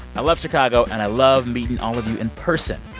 i love chicago, and i love meeting all of you in person.